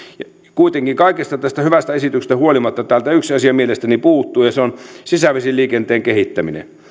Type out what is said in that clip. kuitenkin kaikesta tästä hyvästä esityksestä huolimatta täältä yksi asia mielestäni puuttuu ja se on sisävesiliikenteen kehittäminen